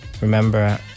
remember